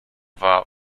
war